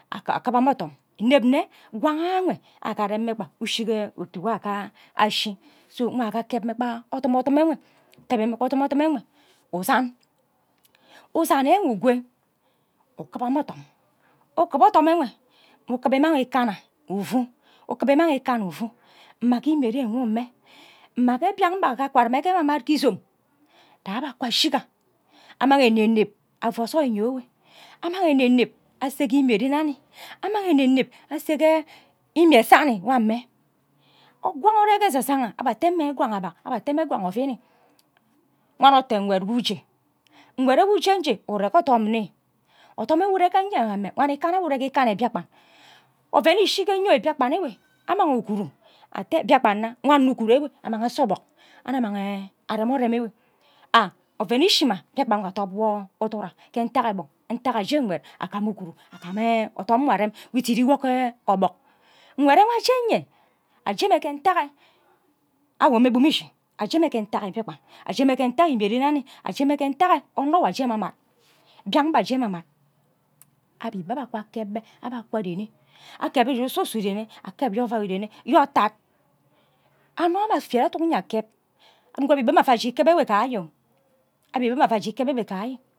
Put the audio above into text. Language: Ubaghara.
Akiba mma odom ineb nne ngwang awe agha arem mme kpa ushi otu kpa ashi so nkwa ake mme kpa odumodum ewe usand usan awe kwo ukiba mma odom ukibe odome enwe kiba umang ikana ufu ukibe iman ikana ufu ukiba imang ikana ufu mma ke imie ren nwo ume mma mbian mbe odo akwa arrme ghe ememad ke izom arh abe akwa ashiga ammang eneneb afu ozai eyo ewe amang eneneb ase ke imie ren aunm amang eneneb aseke sani nwo amme ungwang ure ghe esezang abe ate mme ngwang agbang aba ate mme ngwang ovini evan oto nkwed nwo uje nkwe ewe uje nje ure ghe odom nni odom ewe ure ke uje je ure ghe odom nni odom ewe ure ke nna game mme wan ikana nwo ure ke ikana mbiakpan ovben ishi ke eyo mbiakpan ewe amang uguru ate mbiakpan nna wan nngor uguru enwe amang ase obok annuk amang arem orem ewe oven ishi mma mbiakpan igba atob wo udura ntak aghe aje won aje nkwe agam uguru agam mme odom nwo ore nwo idiriwo ke obok nkwed ewe aje nyen aje mme ke ntaga awo mme ibum ishi aje mme ke ntak mbiakpan aje mme ke ntak imie renainin aje mme ke ntaki anno nwo aje ememad ke mbian mbe aje eme mad abi be aman kwa kob mme aba akwa arene akeb aye uso use dren akeb ayo avai iren ayo atud anno ew afed eduk enye akeb nwo akpe be mme ava je ikebe ewa ka je abebe mme ava je ikeb enw ka je